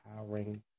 empowering